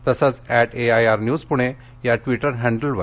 तसंच at AIR news Pune या Twitter हॅडलवर